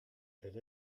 elle